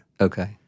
Okay